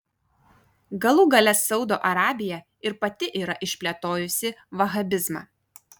galų gale saudo arabija ir pati yra išplėtojusi vahabizmą